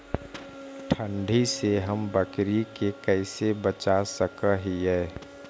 ठंडी से हम बकरी के कैसे बचा सक हिय?